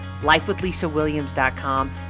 lifewithlisawilliams.com